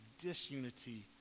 disunity